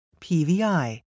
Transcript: PVI